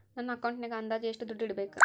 ನನ್ನ ಅಕೌಂಟಿನಾಗ ಅಂದಾಜು ಎಷ್ಟು ದುಡ್ಡು ಇಡಬೇಕಾ?